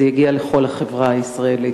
זה יגיע לכל החברה הישראלית.